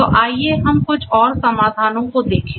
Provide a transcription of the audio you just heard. तो आइए हम कुछ और समाधानों को देखें